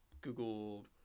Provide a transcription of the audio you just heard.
Google